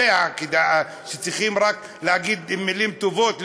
שצריך רק להגיד מילים טובות,